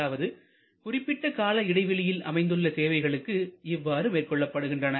அதாவது குறிப்பிட்ட கால இடைவெளியில் அமைந்துள்ள சேவைகளுக்கு இவ்வாறு மேற்கொள்ளப்படுகின்றன